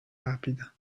rapida